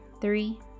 three